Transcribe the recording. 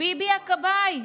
"ביבי הכבאי".